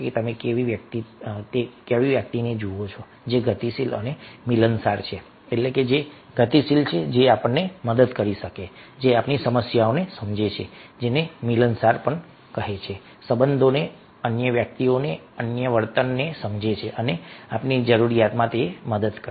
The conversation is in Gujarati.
તમે એવી વ્યક્તિ જુઓ છો જે ગતિશીલ અને મિલનસાર છે એટલે કે જે ગતિશીલ છે જે મદદ કરી શકે છે જે આપણી સમસ્યાઓને સમજે છે અને જે મિલનસાર પણ છે સંબંધને અન્ય વ્યક્તિઓને અન્યના વર્તનને સમજે છે અને આપણી જરૂરિયાતમાં મદદ કરે છે